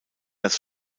das